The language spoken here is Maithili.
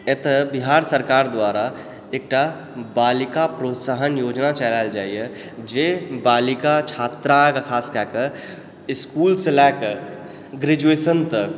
एतऽ बिहार सरकार द्वारा एकटा बालिका प्रोत्साहन योजना चलायल जाइए जे बालिका छात्राके खासकए कऽ इसकुलसँ लए कऽ ग्रेजुएशन तक